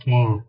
King